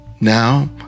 Now